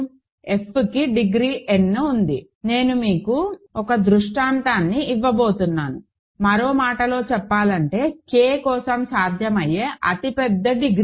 f కి degree n ఉంది నేను మీకు ఒక దృష్టాంతాన్ని ఇవ్వబోతున్నాను మరో మాటలో చెప్పాలంటే K కోసం సాధ్యమయ్యే అతిపెద్ద డిగ్రీ